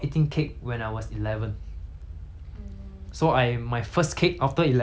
so I my first cake after eleven is twenty my twenty third